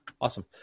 Awesome